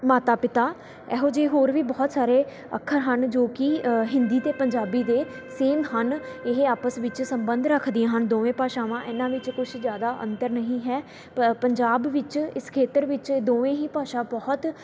ਮਾਤਾ ਪਿਤਾ ਇਹੋ ਜਿਹੇ ਹੋਰ ਵੀ ਬਹੁਤ ਸਾਰੇ ਅੱਖਰ ਹਨ ਜੋ ਕਿ ਹਿੰਦੀ ਅਤੇ ਪੰਜਾਬੀ ਦੇ ਸੇਮ ਹਨ ਇਹ ਆਪਸ ਵਿੱਚ ਸੰਬੰਧ ਰੱਖਦੇ ਹਨ ਦੋਵੇਂ ਭਾਸ਼ਾਵਾਂ ਇਹਨਾਂ ਵਿੱਚ ਕੁਛ ਜ਼ਿਆਦਾ ਅੰਤਰ ਨਹੀਂ ਹੈ ਪ ਪੰਜਾਬ ਵਿੱਚ ਇਸ ਖੇਤਰ ਵਿੱਚ ਦੋਵੇਂ ਹੀ ਭਾਸ਼ਾ ਬਹੁਤ